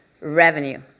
revenue